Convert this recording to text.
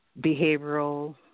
behavioral